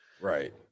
Right